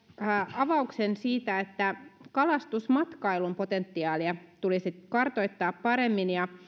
avauksen siitä että kalastusmatkailun potentiaalia tulisi kartoittaa paremmin ja